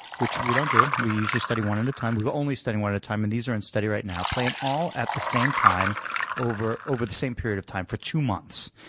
which we don't do. we usually study one at a time. we've only studied one at a time. and these are in study right now. play them um all at the same time over over the same period of time for two months.